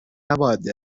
نباید